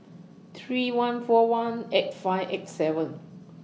three one four one eight five eight seven